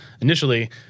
Initially